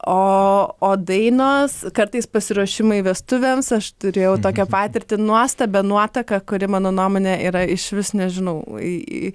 o o dainos kartais pasiruošimai vestuvėms aš turėjau tokią patirtį nuostabią nuotaką kuri mano nuomone yra išvis nežinau į į